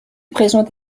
présente